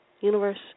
universe